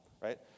right